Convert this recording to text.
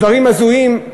דברים הזויים,